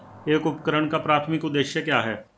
एक उपकरण का प्राथमिक उद्देश्य क्या है?